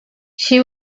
she